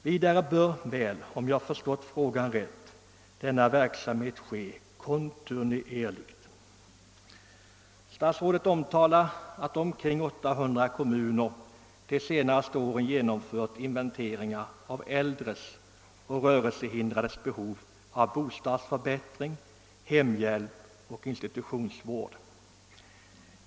Vidare bör väl, om jag förstått frågan rätt, denna verksamhet ske kontinuerligt. Statsrådet omtalar att omkring 800 kommuner de senaste åren genomfört inventering av äldres och rörelsehindrades behov av bostadsförbättring, hemhjälp och institutionsvård.